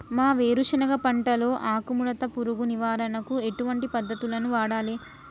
మా వేరుశెనగ పంటలో ఆకుముడత పురుగు నివారణకు ఎటువంటి పద్దతులను వాడాలే?